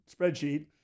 spreadsheet